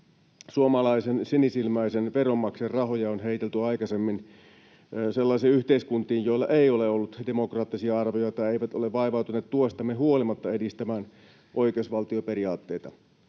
Suomalaisen sinisilmäisen veronmaksajan rahoja on heitelty aikaisemmin sellaisiin yhteiskuntiin, joilla ei ole ollut demokraattisia arvoja ja jotka eivät ole vaivautuneet tuestamme huolimatta edistämään oi- keusvaltioperiaatteita.